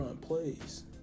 plays